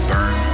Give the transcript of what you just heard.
Burn